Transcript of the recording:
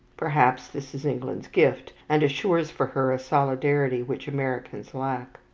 perhaps this is england's gift, and insures for her a solidarity which americans lack.